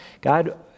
God